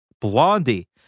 Blondie